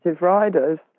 riders